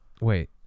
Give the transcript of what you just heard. Wait